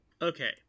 Okay